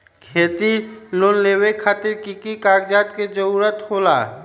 खेती लोन लेबे खातिर की की कागजात के जरूरत होला?